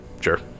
Sure